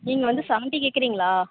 நீங்கள் வந்து செவன்ட்டி கேட்குறீங்களா